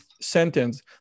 sentence